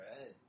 right